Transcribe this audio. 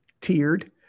tiered